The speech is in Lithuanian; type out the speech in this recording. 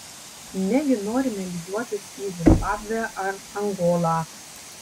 negi norime lygiuotis į zimbabvę ar angolą